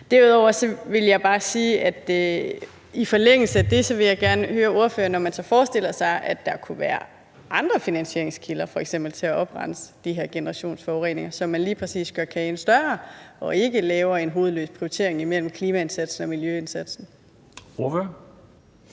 Derudover og i forlængelse af det vil jeg bare gerne høre ordføreren, om man så forestiller sig, at der kunne være andre finansieringskilder til f.eks. at oprense de her generationsforureninger, så man lige præcis gør kagen større og ikke laver en hovedløs prioritering imellem klimaindsatsen og miljøindsatsen?